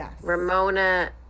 Ramona